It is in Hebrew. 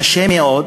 קשה מאוד,